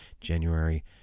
January